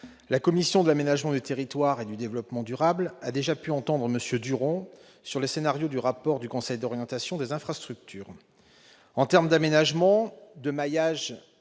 la commission de l'aménagement du territoire et du développement durable a déjà pu entendre M. Duron sur les scénarios du rapport du Conseil d'orientation des infrastructures. En termes d'aménagement, de maillage